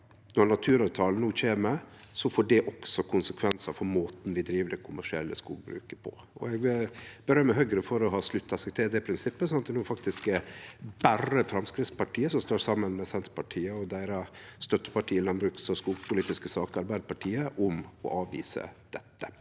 når naturavtalen no kjem, får det også konsekvensar for måten vi driv det kommersielle skogbruket på. Eg vil rose Høgre for å ha slutta seg til det prinsippet, sånn at det no faktisk berre er Framstegspartiet som står saman med Senterpartiet og deira støtteparti i landbruks- og skogpolitiske saker, Arbeidarpartiet, om å avvise dette.